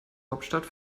hauptstadt